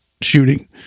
shooting